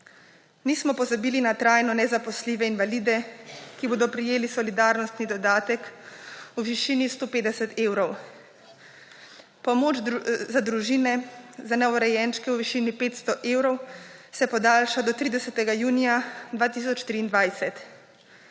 Nismo pozabili na trajno nezaposljive invalide, ki bodo prejeli solidarnostni dodatek v višini 150 evrov. Pomoč za družine za novorojenčke v višini 500 evrov se podaljša do 30. junija 2023.